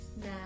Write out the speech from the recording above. Now